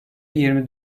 yirmi